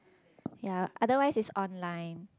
ya otherwise it's online